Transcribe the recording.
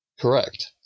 correct